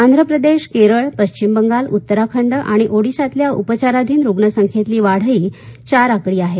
आंध्रप्रदेश केरळ पश्विम बंगाल उत्तराखंड आणि ओदीशातल्या उपचाराधीन रुग्णसंख्येतली वाढही चार आकडी आहे